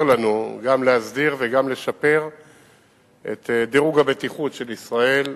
לנו גם להסדיר וגם לשפר את דירוג הבטיחות של ישראל,